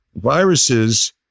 viruses